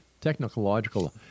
technological